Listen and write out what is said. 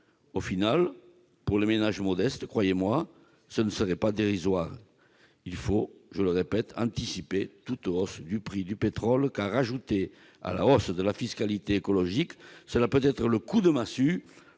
centimes, pour les ménages modestes, croyez-moi, ce ne serait pas dérisoire. Il faut, je le répète, anticiper toute hausse du prix du pétrole, car celle-ci, ajoutée à la hausse de la fiscalité écologique, peut être un coup de massue